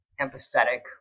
empathetic